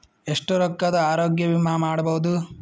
ಎಷ್ಟ ರೊಕ್ಕದ ಆರೋಗ್ಯ ವಿಮಾ ಮಾಡಬಹುದು?